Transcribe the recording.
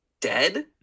dead